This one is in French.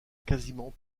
quasiment